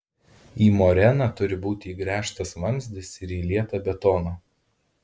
į moreną turi būti įgręžtas vamzdis ir įlieta betono